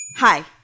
hi